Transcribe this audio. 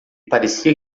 parecia